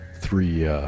three